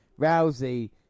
Rousey